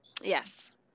Yes